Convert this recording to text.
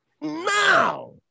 now